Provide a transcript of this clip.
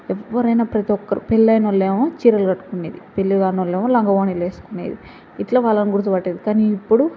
ఎవరైనా ప్రతీ ఒక్కరు పెళ్ళైనవాళ్ళు ఏమో చీరలు కట్టుకునేది పెళ్ళి కాని వాళ్ళేమో లంగావోణీలు వేసుకునేది ఇట్లా వాళ్ళని గుర్తుపట్టేది కానీ ఇప్పుడు